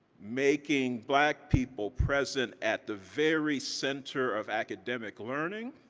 making black people present at the very center of academic learning,